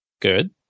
Good